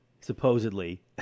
supposedly